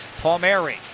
Palmieri